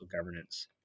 governance